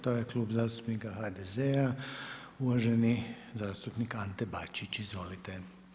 To je klub zastupnika HDZ-a uvaženi zastupnik Ante Bačić, izvolite.